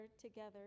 together